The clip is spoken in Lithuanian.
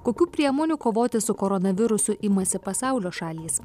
kokių priemonių kovoti su koronavirusu imasi pasaulio šalys